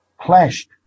clashed